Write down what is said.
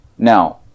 Now